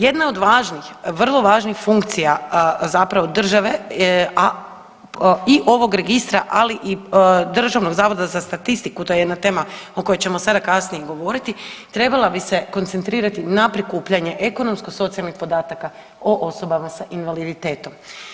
Jedna od važnijih, vrlo važnih funkcija zapravo države, a i ovog Registra, ali i Državnog zavoda za statistiku, to je jedna tema o kojoj ćemo sada kasnije govoriti, trebala bi se koncentrirati na prikupljanje ekonomsko-socijalnih podataka o osobama s invaliditetom.